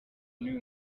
n’uyu